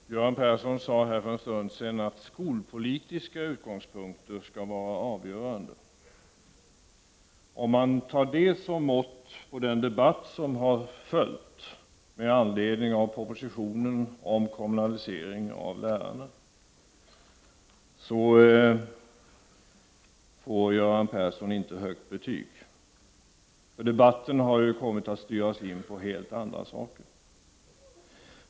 Fru talman! Göran Persson sade för en stund sedan att skolpolitiska utgångspunkter skall vara avgörande. Om man tar det som mått för den debatt som följt med anledning av propositionen om kommunalisering av lärarna, får Göran Persson inte högt betyg. Debatten har ju kommit att styras in på helt andra saker.